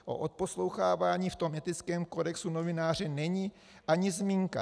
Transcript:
O odposlouchávání v tom etickém kodexu novináře není ani zmínka.